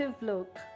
look